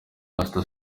pastor